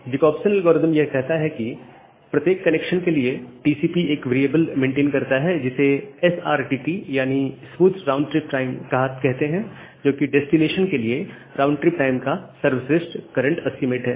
Jacobson algorithm यह कहता है कि प्रत्येक कनेक्शन के लिए टीसीपी एक वेरिएबल मेंटेन करता है जिसे एसआरटीटी यानी स्मूथ्ड राउंड ट्रिप टाइम कहते हैं जोकि डेस्टिनेशन के लिए राउंड ट्रिप टाइम का सर्वश्रेष्ठ करंट एस्टीमेट है